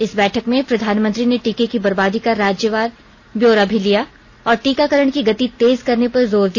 इस बैठक में प्रधानमंत्री ने टीके की बर्बादी का राज्यवार ब्योरा भी लिया और टीकाकरण की गति तेज करने पर जोर दिया